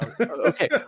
Okay